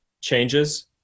changes